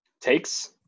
Takes